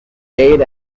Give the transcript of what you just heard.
aid